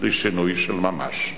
לשינוי של ממש.